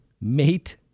mate